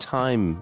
time